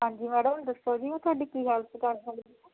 ਹਾਂਜੀ ਮੈਡਮ ਦੱਸੋ ਜੀ ਮੈਂ ਤੁਹਾਡੀ ਕੀ ਹੈਲਪ ਕਰ ਸਕਦੀ ਹਾਂ